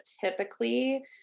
typically